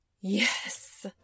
Yes